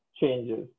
changes